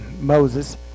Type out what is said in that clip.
Moses